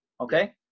okay